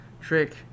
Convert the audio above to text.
trick